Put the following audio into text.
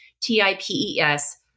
T-I-P-E-S